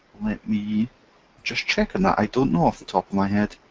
let me just check on that. i don't know off the top of my head.